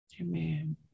Amen